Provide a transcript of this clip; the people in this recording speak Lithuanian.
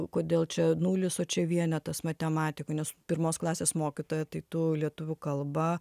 kodėl čia nulis o čia vienetas matematikoj nes pirmos klasės mokytoja tai tu lietuvių kalbą